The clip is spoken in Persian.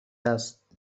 است